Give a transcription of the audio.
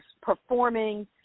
performing